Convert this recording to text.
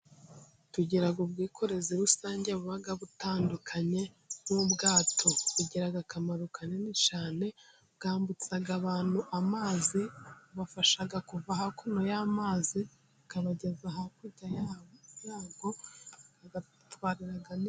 Tugira ubwikorezi rusange buba butandukanye. Nk'ubwato bugira akamaro kanini cyane, bwambutsa abantu amazi, bubafasha kuva hakuno y'amazi bukabageza hakurya yayo, bubatwarira n'ibintu.